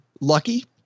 lucky